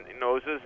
noses